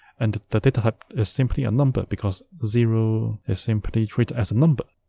and the data type is simply a number because zero is simply treated as a number.